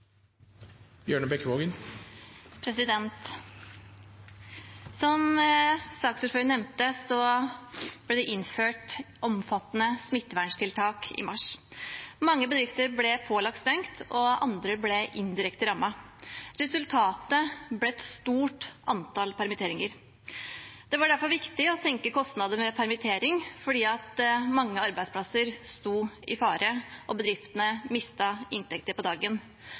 Som saksordføreren nevnte, ble det innført omfattende smitteverntiltak i mars. Mange bedrifter ble pålagt å stenge, og andre ble indirekte rammet. Resultatet ble et stort antall permitteringer. Det var derfor viktig å senke kostnader ved permittering fordi mange arbeidsplasser sto i fare og bedriftene mistet inntekter på dagen.